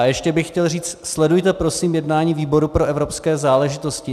Ještě bych chtěl říci sledujte, prosím, jednání výboru pro evropské záležitosti.